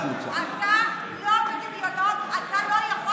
אתה לא אפידמיולוג, אתה לא רופא ואתה לא מומחה